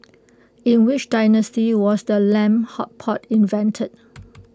in which dynasty was the lamb hot pot invented